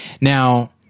Now